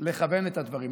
לכוון את הדברים.